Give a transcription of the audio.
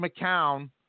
McCown